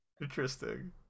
interesting